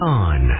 on